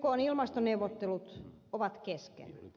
ykn ilmastoneuvottelut ovat kesken